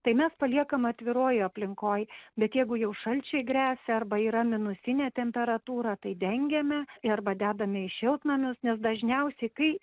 tai mes paliekam atviroj aplinkoj bet jeigu jau šalčiai gresia arba yra minusinė temperatūra tai dengiame arba dedame į šiltnamius nes dažniausiai kai